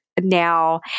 now